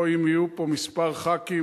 או אם יהיו פה כמה ח"כים,